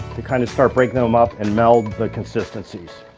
to kind of start breaking them up and meld the consistencies.